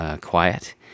quiet